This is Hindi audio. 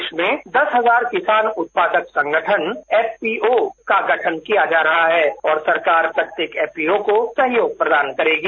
देश में दस किसान उत्पादक संगठन एसपीओ का गठन किया जा रहा है और सरकार एसपीओ को सहयोग प्रदान करेगी